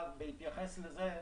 בהתייחס לזה,